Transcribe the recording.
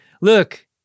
look